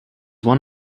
one